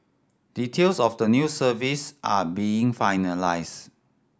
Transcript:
details of the new service are being finalised